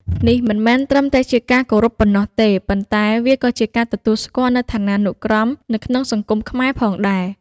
នេះមិនមែនត្រឹមតែជាការគោរពប៉ុណ្ណោះទេ ប៉ុន្តែវាក៏ជាការទទួលស្គាល់នូវឋានានុក្រមនៅក្នុងសង្គមខ្មែរផងដែរ។